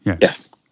yes